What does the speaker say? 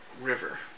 river